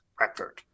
record